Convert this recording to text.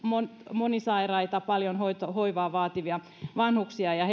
monisairaita paljon hoivaa vaativia vanhuksia ja